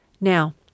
Now